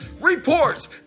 reports